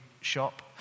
shop